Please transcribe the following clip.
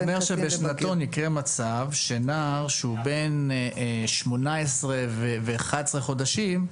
זה לא אומר שבשנתון יקרה מצב שנער שהוא בן 18 ו-11 חודשים,